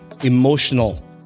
Emotional